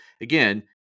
again